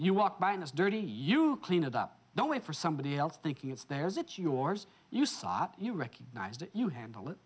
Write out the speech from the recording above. you walk by and it's dirty you clean it up don't wait for somebody else thinking it's theirs it's yours you sob you recognize that you handle it